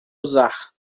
usar